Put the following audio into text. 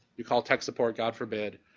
you call tech support, god forbid,